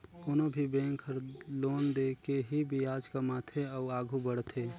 कोनो भी बेंक हर लोन दे के ही बियाज कमाथे अउ आघु बड़थे